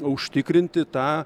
užtikrinti tą